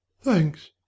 Thanks